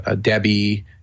Debbie